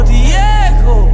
Diego